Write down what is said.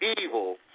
evil